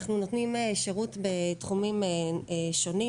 אנחנו נותנים שירות בתחומים שונים,